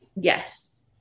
Yes